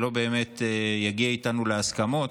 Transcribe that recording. ולא באמת יגיעו איתנו להסכמות,